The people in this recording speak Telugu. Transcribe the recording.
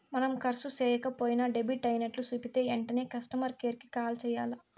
మనం కర్సు సేయక పోయినా డెబిట్ అయినట్లు సూపితే ఎంటనే కస్టమర్ కేర్ కి కాల్ సెయ్యాల్ల